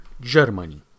Germany